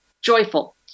joyful